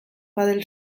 padel